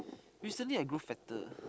recently I grow fatter